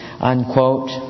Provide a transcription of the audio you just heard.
Unquote